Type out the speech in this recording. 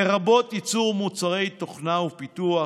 לרבות ייצור מוצרי תוכנה ופיתוח,